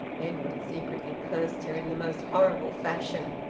edwin secretly cursed her in the most horrible fashion.